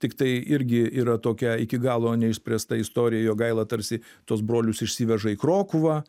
tiktai irgi yra tokia iki galo neišspręsta istorija jogaila tarsi tuos brolius išsiveža į krokuvą